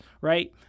right